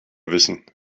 wissen